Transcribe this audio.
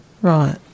Right